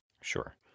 sure